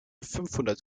fünfhundert